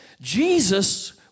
Jesus